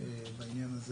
בעניין הזה